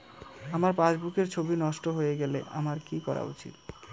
আমার পাসবুকের ছবি নষ্ট হয়ে গেলে আমার কী করা উচিৎ?